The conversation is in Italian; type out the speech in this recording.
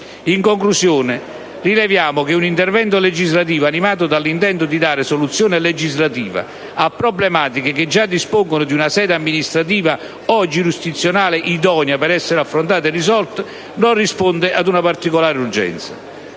In conclusione, rileviamo che un intervento legislativo animato dall'intento di dare soluzione legislativa a problematiche che già dispongono di una sede amministrativa o giurisdizionale idonea per essere affrontate e risolte non risponde ad una particolare urgenza.